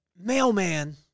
mailman